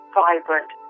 vibrant